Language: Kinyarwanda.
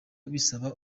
bisaba